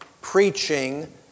preaching